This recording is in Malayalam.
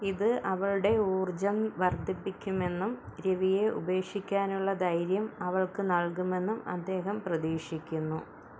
ഇത് അവളുടെ ഊർജ്ജം വർദ്ധിപ്പിക്കുമെന്നും രവിയെ ഉപേക്ഷിക്കാനുള്ള ധൈര്യം അവൾക്ക് നൽകുമെന്നും അദ്ദേഹം പ്രതീക്ഷിക്കുന്നു